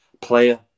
player